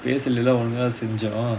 பேசலலஒழுங்காசெஞ்சோம்:pesalala olunha senjom